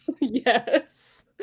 Yes